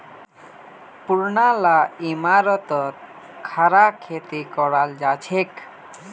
पुरना ला इमारततो खड़ा खेती कराल जाछेक